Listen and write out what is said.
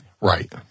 Right